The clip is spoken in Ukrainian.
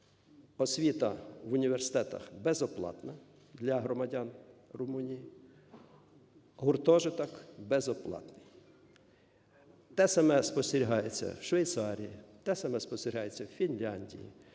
"Освіта в університетах безоплатна для громадян Румунії. Гуртожиток безоплатний". Те саме спостерігається в Швейцарії, те саме спостерігається в Фінляндії.